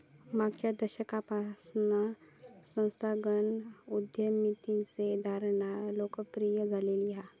मागच्या दशकापासना संस्थागत उद्यमितेची धारणा लोकप्रिय झालेली हा